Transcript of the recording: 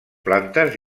plantes